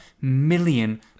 million